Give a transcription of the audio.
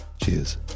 Cheers